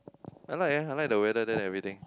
I like eh I like the weather there everything